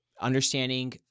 understanding